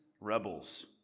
rebels